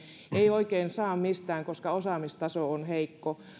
ei oikein saa mistään koska osaamistaso on heikko